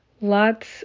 lots